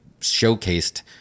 showcased